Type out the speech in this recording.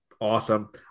awesome